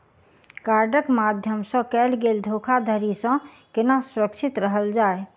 कार्डक माध्यम सँ कैल गेल धोखाधड़ी सँ केना सुरक्षित रहल जाए?